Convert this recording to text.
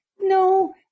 no